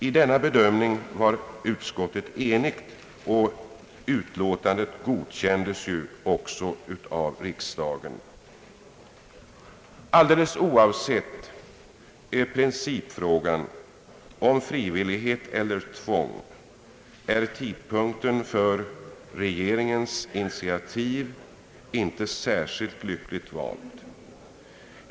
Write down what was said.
I denna bedömning var utskottet enigt, och utlåtandet godkändes av riksdagen. Alldeles oavsett principfrågan om frivillighet eller tvång är tidpunkten för regeringens initiativ inte särskilt lyckligt vald.